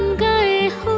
guys,